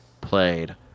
played